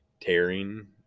tearing